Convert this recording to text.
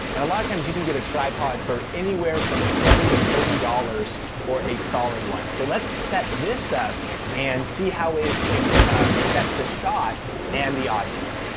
and a lot of times, you can get a tripod for anywhere from twenty to thirty dollars for a solid one. so let's set this up and see how it can affect the shot and the audio.